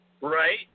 Right